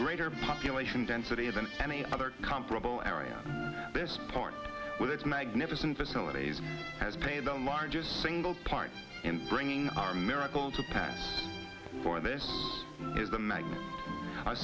greater population density than any other comparable area this port with its magnificent facilities has paid the largest single part in bringing our miracle to pass for this is a